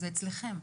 זה אצלכם.